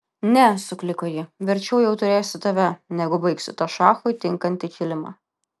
ne sukliko ji verčiau jau turėsiu tave negu baigsiu tą šachui tinkantį kilimą